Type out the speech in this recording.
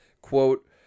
quote